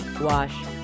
wash